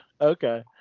Okay